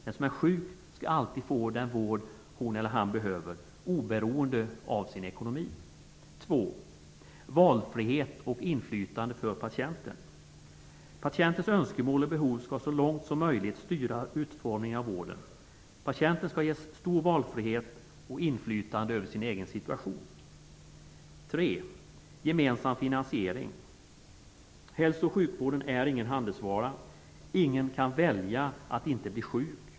Den som är sjuk skall alltid få den vård hon eller han behöver, oberoende av sin egen ekonomi. Patientens önskemål och behov skall så långt som möjligt styra utformningen av vården. Patienten skall ges stor valfrihet och inflytande över sin egen situation. Hälso och sjukvården är ingen handelsvara. Ingen kan välja att inte bli sjuk.